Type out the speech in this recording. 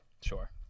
Sure